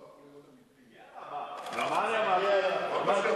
זה לא יכול להיות אמיתי.